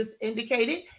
indicated